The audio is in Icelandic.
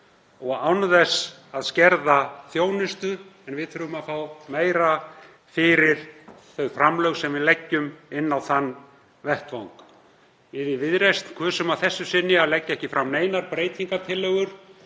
og án þess að skerða þjónustu. En við þurfum að fá meira fyrir þau framlög sem við leggjum inn á þann vettvang. Við í Viðreisn kusum að þessu sinni að leggja ekki fram neinar breytingartillögur